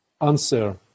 answer